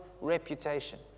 reputation